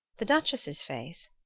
the duchess's face?